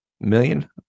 million